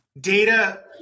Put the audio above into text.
Data